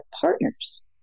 partners